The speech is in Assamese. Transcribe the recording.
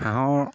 হাঁহৰ